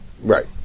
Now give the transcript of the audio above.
Right